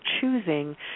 choosing